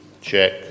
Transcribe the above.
check